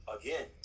again